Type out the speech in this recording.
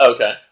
Okay